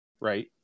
right